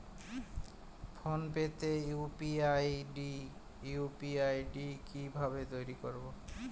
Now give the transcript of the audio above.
Phone pay তে UPI ID কি ভাবে তৈরি করবো?